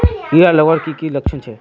कीड़ा लगवार की की लक्षण छे?